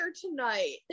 tonight